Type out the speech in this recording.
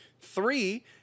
Three